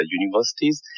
universities